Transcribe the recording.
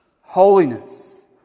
Holiness